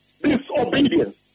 disobedience